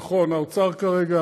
נכון, האוצר כרגע